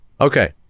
okay